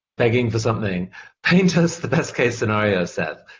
begging for something paint us the best case scenario, seth.